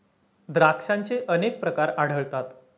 द्राक्षांचे अनेक प्रकार आढळतात